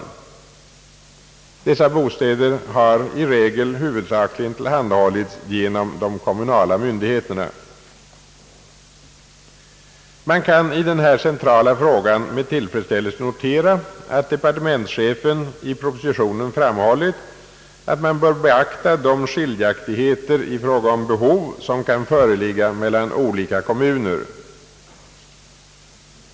Dessa bostäder har huvudsakligen tillhandahållits genom de kommunala myndigheterna. Man kan i denna centrala fråga med tillfredsställelse notera att departementschefen i propositionen har framhållit att man bör beakta de skiljaktigheter i fråga om behov som kan föreligga mellan olika kommuner.